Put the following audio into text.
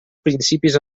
principis